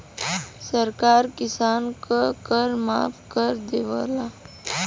सरकार किसान क कर माफ कर देवला